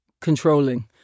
controlling